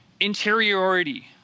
interiority